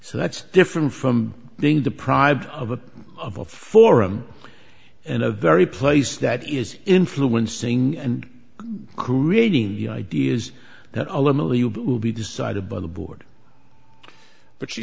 so that's different from being deprived of a forum and a very place that is influencing and creating the idea is that ultimately will be decided by the board but she